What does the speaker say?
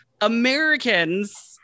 Americans